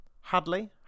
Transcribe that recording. Hadley